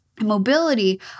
Mobility